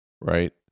right